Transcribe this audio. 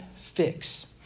fix